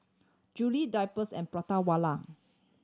Julie Drypers and Prata Wala